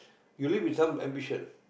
you live with some ambition